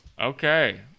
Okay